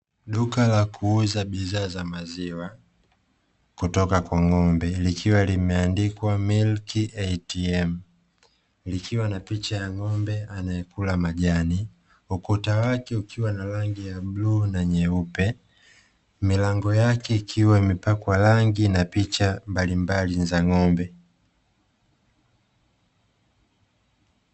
Duka la kuuza bidhaa za maziwa kutoka kwa ngombe, likiwa limeandikwa "MILK ATM", likiwa na picha ya ngombe anaekula majani, ukuta wake ukiwa na rangi ya bluu na nyeupe. Milango yake ikiwa imepakwa rangi na picha mbalimbali za ngombe.